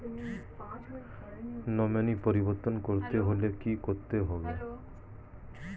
Nominee পরিবর্তন করতে হলে কী করতে হবে?